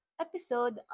episode